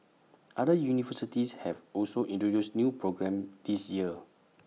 other universities have also introduced new programmes this year